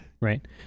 Right